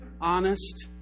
honest